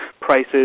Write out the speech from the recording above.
prices